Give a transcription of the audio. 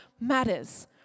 matters